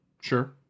Sure